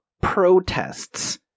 protests